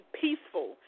peaceful